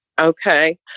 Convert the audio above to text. Okay